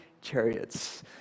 chariots